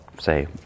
say